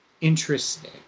interesting